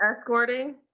escorting